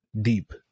deep